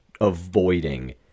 avoiding